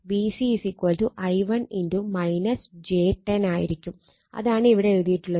Vc i1 j 10 ആയിരിക്കും അതാണ് ഇവിടെ എഴുതിയിട്ടുള്ളത്